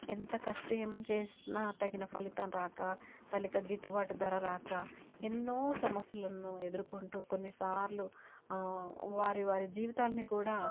ఎంత కష్టం చేసినా తగిన ఫలితం రాక సరిగా గిట్టుబాటు ధర రాక ఎన్నో సమస్యలను ఎదుర్కొంటూ కొన్నిసార్లు వారి వారి జీవితాల్ని కూడా